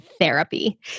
therapy